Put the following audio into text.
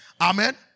Amen